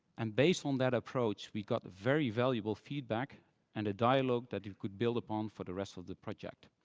and based on that approach, we got a very valuable feedback and a dialogue that you could build upon for the rest of the project.